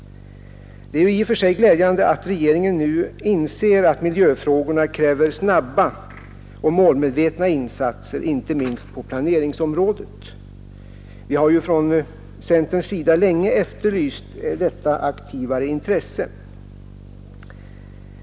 Det är i och för sig glädjande att regeringen nu inser att miljöfrågorna kräver snabba och målmedvetna insatser inte minst på planeringsområdet. Vi har från centerns sida länge efterlyst detta aktiva intresse.